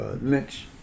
lynch